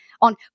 on